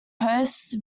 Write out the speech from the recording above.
hosts